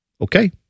Okay